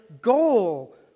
goal